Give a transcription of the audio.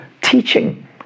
teaching